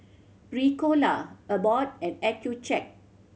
Ricola Abbott and Accucheck